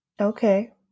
Okay